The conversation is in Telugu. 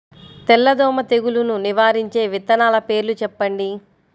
తెల్లదోమ తెగులును నివారించే విత్తనాల పేర్లు చెప్పండి?